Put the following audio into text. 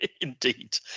Indeed